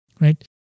right